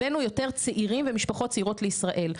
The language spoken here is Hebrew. הבאנו יותר צעירים ומשפחות צעירות לישראל.